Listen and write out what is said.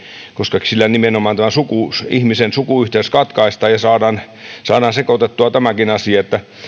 koska sillä nimenomaan tämä ihmisen sukuyhteys katkaistaan ja saadaan sekoitettua tämäkin asia